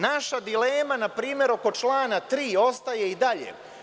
Naša dilema, npr. oko člana 3. ostaje i dalje.